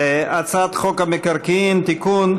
הצעת חוק המקרקעין (תיקון,